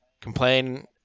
complain